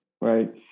right